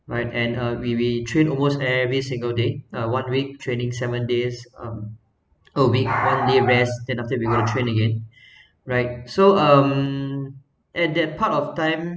right and and uh we we train almost every single day uh one week training seven days um a week one day rest then after that we got to train again right so um at that part of time